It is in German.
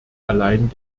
allein